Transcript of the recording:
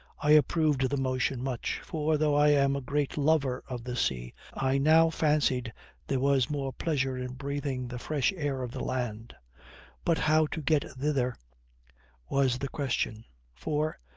i approved the motion much for though i am a great lover of the sea, i now fancied there was more pleasure in breathing the fresh air of the land but how to get thither was the question for,